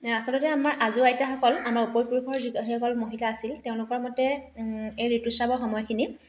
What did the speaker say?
আচলতে আমাৰ আজো আইতাসকল আমাৰ উপৰিপুৰুষৰ যি সেইসকল মহিলা আছিল তেওঁলোকৰ মতে এই ঋতুস্ৰাৱৰ সময়খিনি